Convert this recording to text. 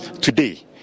Today